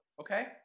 okay